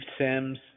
Sims